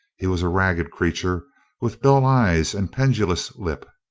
he was a ragged creature with dull eyes and pendulous lip.